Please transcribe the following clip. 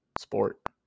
sport